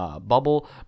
bubble